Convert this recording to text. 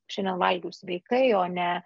šiandien valgiau sveikai o ne